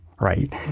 Right